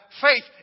faith